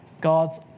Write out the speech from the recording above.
God's